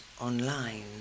online